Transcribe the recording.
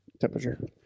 temperature